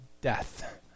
death